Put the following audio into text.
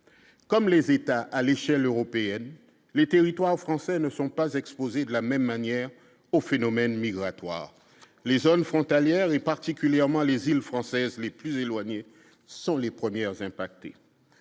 comme les États à l'échelle européenne les territoire français ne sont pas exposées de la même manière au phénomène migratoire les zones frontalières et particulièrement les îles françaises les plus éloignés, ce sont les premières impactées